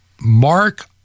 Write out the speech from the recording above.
mark